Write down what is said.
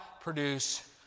produce